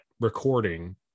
recording